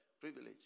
privilege